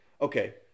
okay